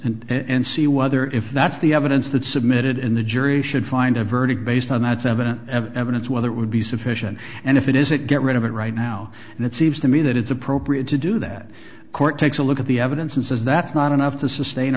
evidence and see whether if that's the evidence that submitted in the jury should find a verdict based on that seven evidence whether it would be sufficient and if it is a get rid of it right now and it seems to me that it's appropriate to do that court takes a look at the evidence and says that's not enough to sustain a